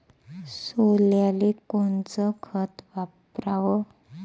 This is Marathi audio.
सोल्याले कोनचं खत वापराव?